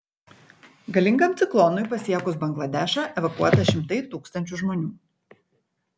galingam ciklonui pasiekus bangladešą evakuota šimtai tūkstančių žmonių